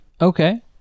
okay